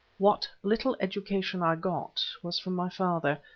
what little education i got was from my father,